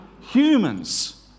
humans